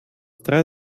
drei